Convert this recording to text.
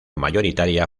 mayoritaria